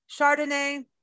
Chardonnay